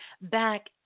back